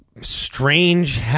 strange